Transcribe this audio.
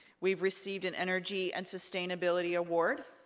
we've received an energy and sustainability award.